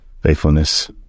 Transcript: faithfulness